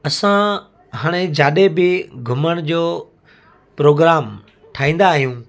असां हाणे जॾहिं बि घुमण जो प्रोग्राम ठाहींदा आहियूं